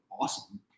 awesome